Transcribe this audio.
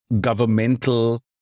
governmental